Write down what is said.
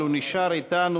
אבל הוא נשאר אתנו,